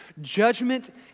judgment